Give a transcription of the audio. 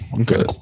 okay